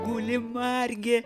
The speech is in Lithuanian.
guli margė